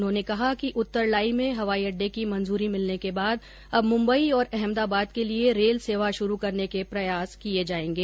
उन्होंने कहा कि उत्तरलाई में हवाई अड्डे की मंजूरी मिलने के बाद अब मुम्बई और अहमदाबाद के लिए रैल सेवा शुरू करने के प्रयास किये जायेंगे